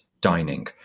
dining